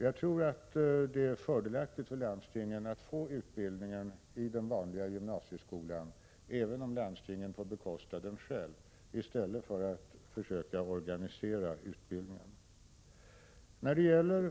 Jag tror det är fördelaktigt för landstingen att få utbildningen i den vanliga gymnasieskolan, även om landstingen får bekosta den själva, jämfört med att de försöker organisera utbildningen själva.